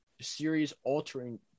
series-altering